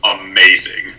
amazing